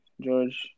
George